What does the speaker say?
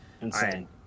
insane